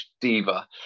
diva